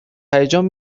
هیجان